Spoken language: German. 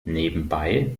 nebenbei